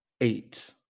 eight